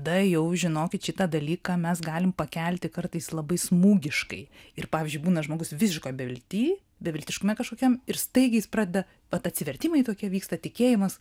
tai jau žinokit šitą dalyką mes galim pakelti kartais labai smūgiškai ir pavyzdžiui būna žmogus visiškoj bevilty beviltiškume kažkokiam ir staigiai jis pradeda vat atsivertimai tokie vyksta tikėjimas